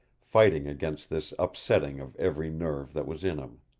fighting against this upsetting of every nerve that was in him.